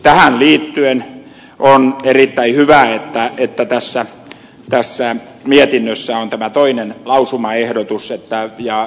tähän liittyen on erittäin hyvä että tässä mietinnössä on tämä toinen lausumaehdotus